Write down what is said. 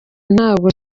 ntabwo